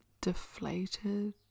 Deflated